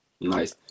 Nice